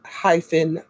hyphen